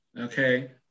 okay